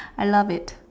I love it